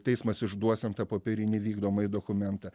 teismas išduos jam tą popierinį vykdomąjį dokumentą